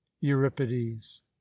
euripides